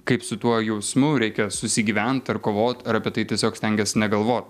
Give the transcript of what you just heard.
kaip su tuo jausmu reikia susigyvent ar kovot ar apie tai tiesiog stengiesi negalvot